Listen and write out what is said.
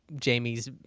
Jamie's